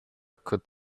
could